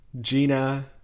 Gina